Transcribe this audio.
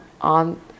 on